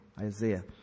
Isaiah